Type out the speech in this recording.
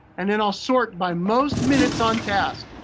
and then i'll sort by most minutes on task.